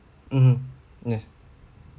mmhmm yes